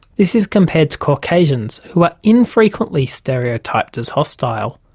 this is compared to caucasians who are infrequently stereotyped as hostile.